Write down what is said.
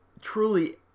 truly